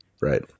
Right